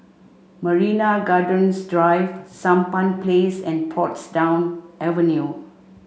Marina Gardens Drive Sampan Place and Portsdown Avenue